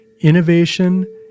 Innovation